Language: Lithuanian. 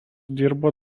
dirbo